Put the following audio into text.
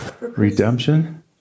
Redemption